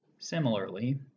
Similarly